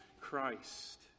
Christ